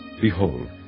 Behold